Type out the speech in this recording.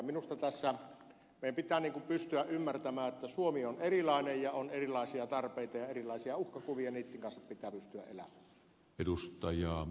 minusta tässä meidän pitää pystyä ymmärtämään että suomi on erilainen ja on erilaisia tarpeita ja erilaisia uhkakuvia ja niitten kanssa pitää pystyä elämään